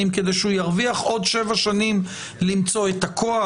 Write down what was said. כדי שהוא ירוויח עוד שבע שנים למצוא את הכוח,